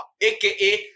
aka